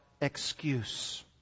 excuse